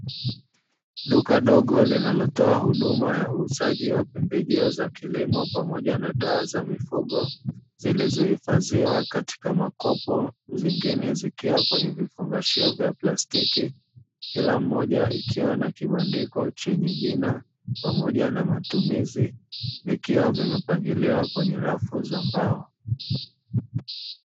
Duka dogo linalotoa huduma ya uuzaji wa pembejeo za kilimo pamoja na dawa za mifugo, zilizohifadhiwa katika makopo zingine zikiwa kwenye vifungashio vya plastiki, kila moja ikiwa na kibandiko chenye jina pamoja na matumizi vikiwa vimepangiliwa kwenye rafu za mbao.